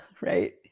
right